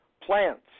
plants